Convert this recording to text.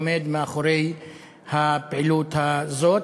שעומד מאחורי הפעילות הזאת.